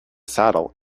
saddle